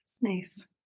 Nice